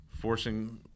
forcing